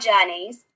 journeys